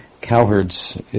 cowherds